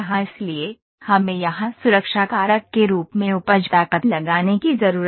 इसलिए हमें यहां सुरक्षा कारक के रूप में उपज ताकत लगाने की जरूरत है